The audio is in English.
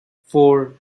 four